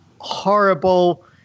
horrible